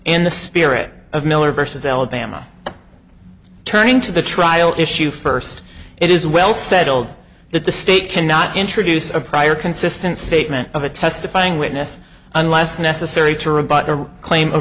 in the spirit of miller vs alabama turning to the trial issue first it is well settled that the state cannot introduce a prior consistent statement of a testifying witness unless necessary